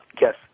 Yes